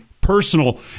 personal